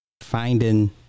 finding